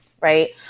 right